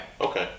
Okay